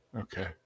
Okay